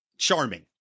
charming